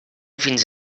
fins